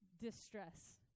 Distress